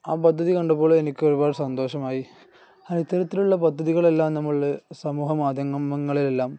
ആ പദ്ധതി കണ്ടപ്പോൾ എനിക്ക് ഒരുപാട് സന്തോഷമായി അ ഇത്തരത്തിലുള്ള പദ്ധതികളെല്ലാം നമ്മുടെ സമൂഹ മാധ്യമങ്ങളിലെല്ലാം